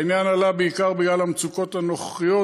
העניין עלה בעיקר בגלל המצוקות הנוכחיות,